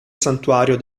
santuario